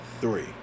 three